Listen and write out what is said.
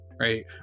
right